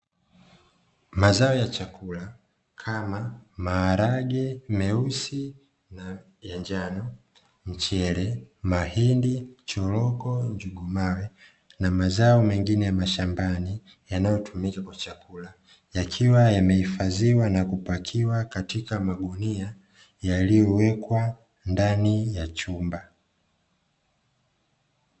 Mazao ya chakula kama maharage meusi, na ya njano, mchele, mahindi, choroko, njugu mawe na mazao mengine ya mashambani, yanayotumika kwa chakula, yakiwa yamehifahiwa na kupakiwa katika magunia yaliyowekwa ndani ya chumba.